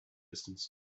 distance